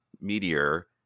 meteor